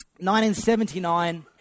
1979